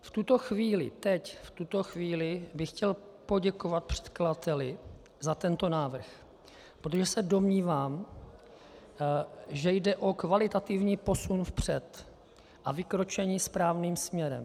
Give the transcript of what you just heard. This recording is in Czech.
V tuto chvíli, teď, v tuto chvíli, bych chtěl poděkovat předkladateli za tento návrh, protože se domnívám, že jde o kvalitativní posun vpřed a vykročení správným směrem.